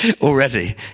Already